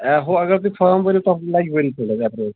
ہُہ اگر تُہۍ فام بٔرِو تَتھ لگہِ وٕنۍ تھوڑا